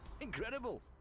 Incredible